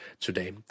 today